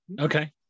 Okay